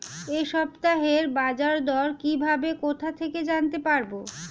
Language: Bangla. এই সপ্তাহের বাজারদর কিভাবে কোথা থেকে জানতে পারবো?